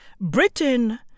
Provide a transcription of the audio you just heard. Britain